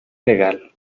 legal